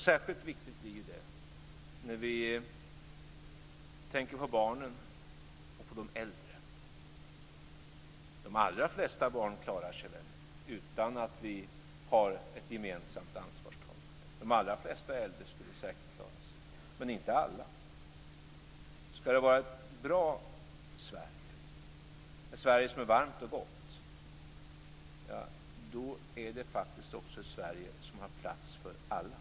Särskilt viktigt blir det när vi tänker på barnen och på de äldre. De allra flesta barn klarar sig väl utan att vi har ett gemensamt ansvarstagande. De allra flesta äldre skulle säkert klara sig, men inte alla. Om det ska vara ett bra Sverige, ett Sverige som är varmt och gott, ska det faktiskt också vara ett Sverige som har plats för alla.